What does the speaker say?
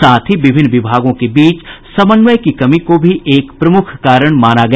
साथ ही विभिन्न विभागों के बीच समन्वय की कमी को भी एक प्रमुख कारण माना गया